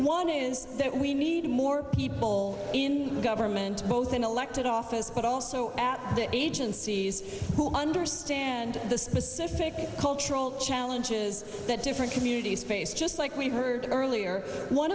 one is that we need more people in government both in elected office but also at the agencies who understand the specific cultural challenges that different communities face just like we heard earlier one